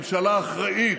ממשלה אחראית,